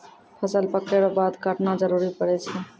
फसल पक्कै रो बाद काटना जरुरी पड़ै छै